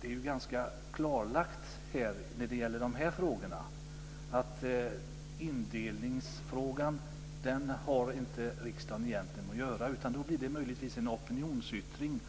Det är ju ganska klarlagt när det gäller dessa frågor att riksdagen egentligen inte har med indelningsfrågan att göra, utan då blir det möjligtvis en opinionsyttring.